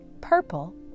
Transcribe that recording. purple